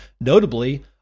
notably